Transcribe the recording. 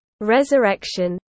Resurrection